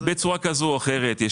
בצורה כזו או אחרת.